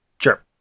Sure